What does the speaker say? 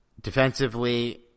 Defensively